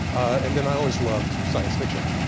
and then i always loved science fiction.